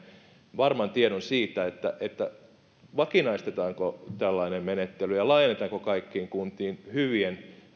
varman tiedon siitä vakinaistetaanko tällainen menettely ja laajennetaanko sitä kaikkiin kuntiin hyvien